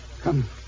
come